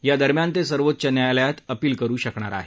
या दरम्यान ते सर्वोच्च न्यायालयात अपील करू शकणार आहे